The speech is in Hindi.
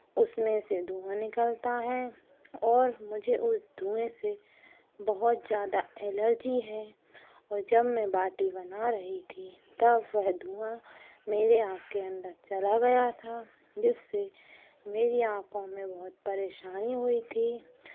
उसमें से धुआँ निकलता है और मुझे उस धुएँ से बहुत ज़्यादा एलर्जी है और जब मैं बाटी बना रही थी तब वह धुआँ मेरे आँख के अन्दर चला गया था जिससे मेरी आँखों में बहुत परेशानी हुई थी